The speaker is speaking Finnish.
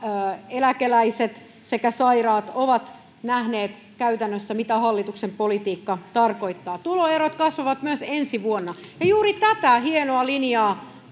eläkeläiset sekä sairaat ovat nähneet käytännössä mitä hallituksen politiikka tarkoittaa tuloerot kasvavat myös ensi vuonna ja juuri tätä hienoa linjaa